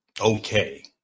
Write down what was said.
okay